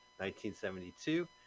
1972